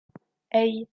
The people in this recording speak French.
hey